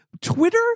twitter